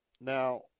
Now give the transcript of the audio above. Now